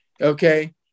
Okay